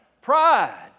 Pride